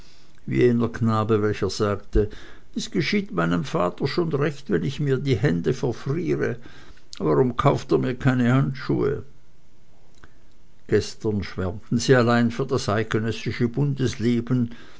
wie jener knabe welcher sagte es geschieht meinem vater schon recht wenn ich mir die hände verfriere warum kauft er mir keine handschuhe gestern schwärmten sie allein für das eidgenössische